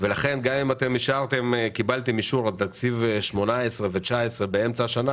ולכן גם אם אתם קיבלתם על תקציב 2018 ו-2019 באמצע השנה,